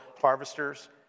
harvesters